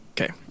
okay